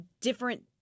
different